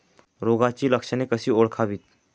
रोगाची लक्षणे कशी ओळखावीत?